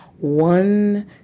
one